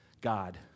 God